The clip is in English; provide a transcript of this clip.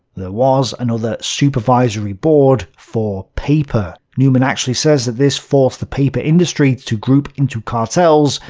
there was another supervisory board for paper. neumann actually says that this forced the paper industry to group into cartels,